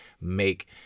make